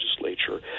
legislature